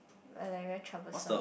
but like very troublesome